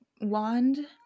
wand